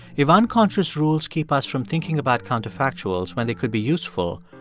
if unconscious rules keep us from thinking about counterfactuals when they could be useful,